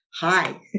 hi